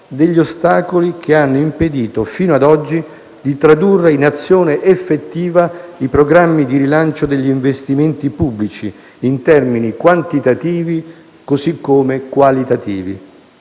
degli ostacoli che hanno impedito fino ad oggi di tradurre in azione effettiva i programmi di rilancio degli investimenti pubblici, in termini quantitativi così come qualitativi.